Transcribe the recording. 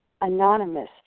anonymous